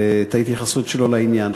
את ההתייחסות שלו לעניין.